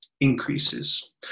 increases